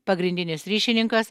pagrindinis ryšininkas